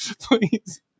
Please